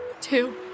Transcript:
Two